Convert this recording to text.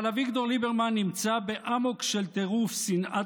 אבל אביגדור ליברמן נמצא באמוק של טירוף שנאת